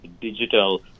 digital